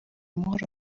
amahoro